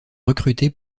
recruté